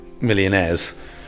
millionaires